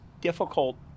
difficult